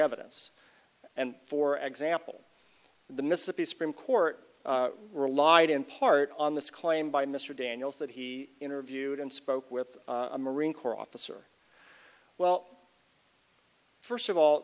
evidence and for example the mississippi supreme court relied in part on this claim by mr daniels that he interviewed and spoke with a marine corps officer well first of all